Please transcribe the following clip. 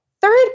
third